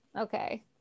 Okay